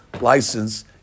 license